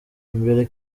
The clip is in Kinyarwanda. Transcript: imbere